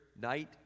night